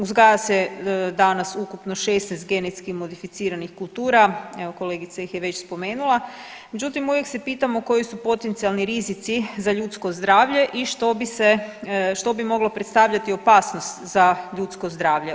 Uzgaja se danas ukupno 16 genetski modificiranih kultura, evo, kolegica ih je već spomenula, međutim, uvijek se pitamo koji su potencijalni rizici za ljudsko zdravlje i što bi se, što bi moglo predstavljati opasanost za ljudsko zdravlje.